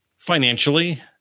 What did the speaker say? financially